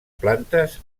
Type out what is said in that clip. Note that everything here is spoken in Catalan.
plantes